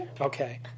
Okay